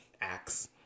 acts